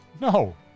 no